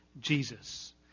Jesus